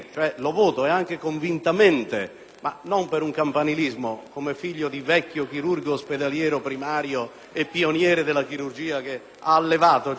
non per campanilismo, in quanto figlio di vecchio chirurgo ospedaliero, primario e pioniere della chirurgia che ha allevato generazioni di chirurghi, ma perché